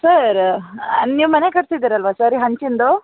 sir ನೀವು ಮನೆ ಕಟ್ಸಿದೀರಲ್ವಾ ಸರ್ ಹಂಚಿನದು